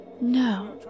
No